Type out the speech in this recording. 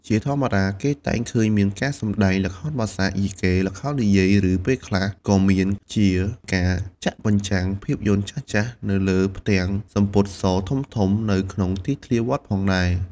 ជាធម្មតាគេតែងឃើញមានការសម្តែង ល្ខោនបាសាក់ យីកេ ល្ខោននិយាយ ឬពេលខ្លះក៏មានជាការចាក់បញ្ចាំង ភាពយន្តចាស់ៗនៅលើផ្ទាំងសំពត់សធំៗនៅក្នុងទីធ្លាវត្តផងដែរ។